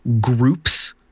groups